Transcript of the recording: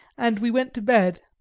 and we went to bed.